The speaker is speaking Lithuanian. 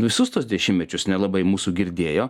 visus tuos dešimtmečius nelabai mūsų girdėjo